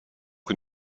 que